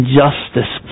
justice